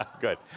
Good